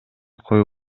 коюу